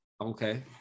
Okay